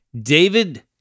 David